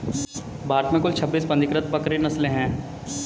भारत में कुल छब्बीस पंजीकृत बकरी नस्लें हैं